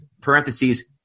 parentheses